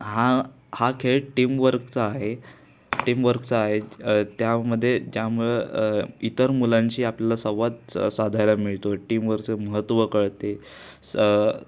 हा हा खेळ टीमवर्कचा आहे टीमवर्कचा आहे त्यामध्ये ज्यामुळं इतर मुलांशी आपल्याला संवाद साधायला मिळतो टीमवर्कचं महत्त्व कळते स